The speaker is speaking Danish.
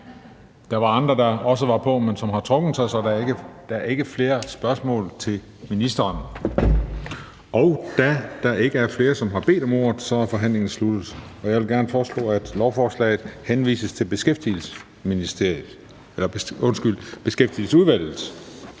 Der var også andre, der var på, men som har trukket sig, så der er ikke flere spørgsmål til ministeren. Da der ikke er flere, som har bedt om ordet, er forhandlingen sluttet. Jeg foreslår, at lovforslaget henvises til Beskæftigelsesudvalget.